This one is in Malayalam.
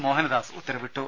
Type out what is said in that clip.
മോഹനദാസ് ഉത്തരവിട്ടു